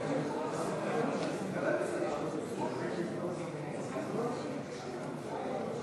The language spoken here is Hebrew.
ובינוניים באזור פריפריה במכרז) לא עברה.